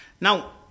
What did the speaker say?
Now